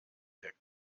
der